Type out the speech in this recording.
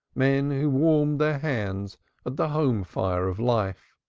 men who warmed their hands at the home-fire of life,